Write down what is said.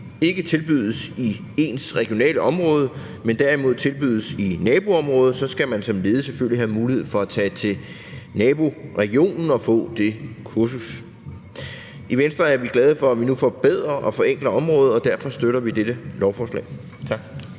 ikke tilbydes i ens regionale område, men derimod tilbydes i naboområdet, så skal man som ledig selvfølgelig have mulighed for at tage til naboregionen og få det kursus. I Venstre er vi glade for, at vi nu forbedrer og forenkler området, og derfor støtter vi dette lovforslag. Tak.